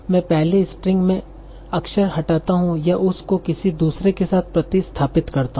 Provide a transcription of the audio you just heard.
मैं पहली स्ट्रिंग मैं अक्षरहटाता हूं या उस को किसी दूसरे के साथ प्रतिस्थापित करता हूं